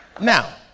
Now